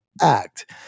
ACT